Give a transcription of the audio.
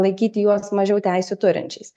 laikyti juos mažiau teisių turinčiais